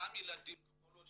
אותם ילדים, כל עוד